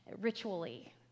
ritually